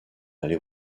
allez